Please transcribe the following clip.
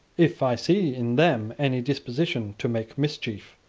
if i see in them any disposition to make mischief,